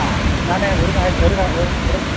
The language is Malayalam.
ആ ഞാൻ ഒരു കാര്യം ഒരു കാ ഒരു